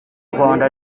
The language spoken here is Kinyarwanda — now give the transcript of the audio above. rwanda